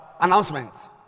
announcement